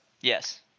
Yes